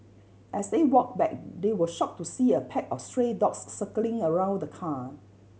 as they walked back they were shocked to see a pack of stray dogs circling around the car